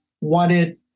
wanted